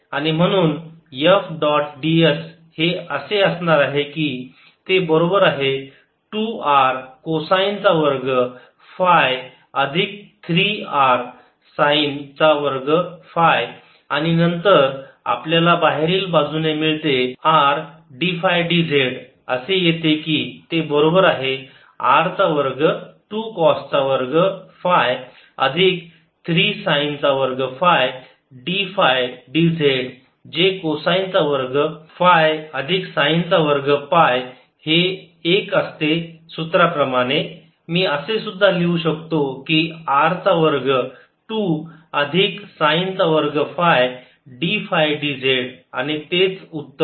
आणि म्हणून F dot ds हे असे असणार आहे की ते बरोबर आहे 2 R कोसाइन चा वर्ग फाय अधिक 3 R साइन चा वर्ग फाय आणि नंतर आपल्याला बाहेरील बाजूने मिळते R d फाय dz असे येते की ते बरोबर आहे R चा वर्ग 2 कॉस चा वर्ग फाय अधिक 3 साइन चा वर्ग फाय d फाय dz जे कोसाइन चा वर्ग हाय अधिक साइन चा वर्ग पाय हे 1 असते सूत्राप्रमाणे मी असे सुद्धा लिहू शकतो की R चा वर्ग 2 अधिक साइन चा वर्ग फाय d फाय dz आणि तेच उत्तर आहे